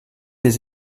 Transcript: les